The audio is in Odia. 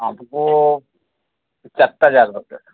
ଆମକୁ ଚାରିଟା ଜାର୍ ଦରକାର